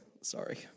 sorry